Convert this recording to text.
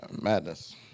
Madness